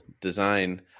design